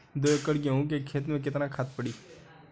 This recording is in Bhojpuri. दो एकड़ गेहूँ के खेत मे केतना खाद पड़ी?